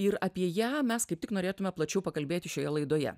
ir apie ją mes kaip tik norėtumėme plačiau pakalbėti šioje laidoje